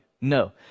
No